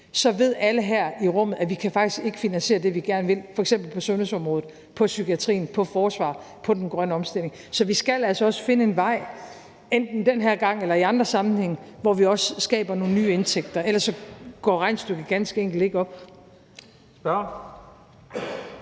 ved alle her i rummet, at vi faktisk ikke kan finansiere det, vi gerne vil, f.eks. på sundhedsområdet, på psykiatrien, på forsvaret, på den grønne omstilling. Så vi skal altså også finde en vej, enten den her gang eller i andre sammenhænge, hvor vi også skaber nogle nye indtægter. Ellers går regnestykket ganske enkelt ikke op. Kl.